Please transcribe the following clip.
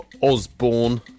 Osborne